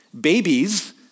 Babies